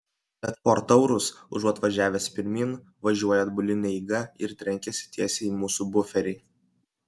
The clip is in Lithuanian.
bet ford taurus užuot važiavęs pirmyn važiuoja atbuline eiga ir trenkiasi tiesiai į mūsų buferį